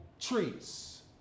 trees